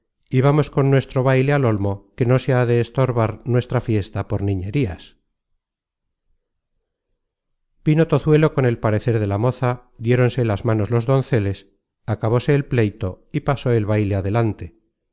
y vamos con nuestro baile al olmo que no se ha de estorbar nuestra fiesta por niñerías vino tozuelo con el parecer de la moza diéronse las manos los donceles acabóse el pleito y pasó el baile adelante